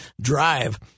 drive